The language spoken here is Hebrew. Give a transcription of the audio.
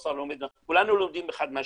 האוצר לומד מ כולנו לומדים אחד מהשני,